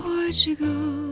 Portugal